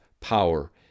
power